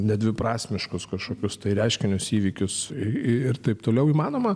nedviprasmiškus kažkokius reiškinius įvykius ir taip toliau įmanoma